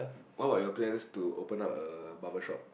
what about your plans to open up a barber shop